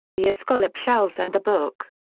the escallop shells and the book.